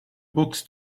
books